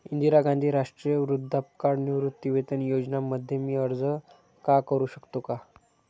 इंदिरा गांधी राष्ट्रीय वृद्धापकाळ निवृत्तीवेतन योजना मध्ये मी अर्ज का करू शकतो का?